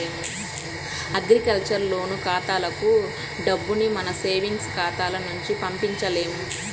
agriculture loan ఖాతాలకు డబ్బుని మన సేవింగ్స్ ఖాతాల నుంచి పంపించలేము